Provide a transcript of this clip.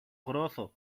γρόθο